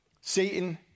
Satan